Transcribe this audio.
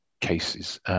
cases –